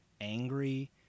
angry